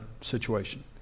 situation